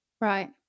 Right